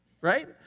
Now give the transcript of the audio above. right